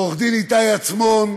לעורך-דין איתי עצמון,